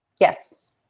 yes